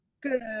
Good